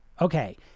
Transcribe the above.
Okay